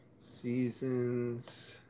Seasons